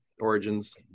origins